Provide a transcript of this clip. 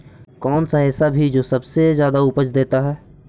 कौन सा ऐसा भी जो सबसे ज्यादा उपज देता है?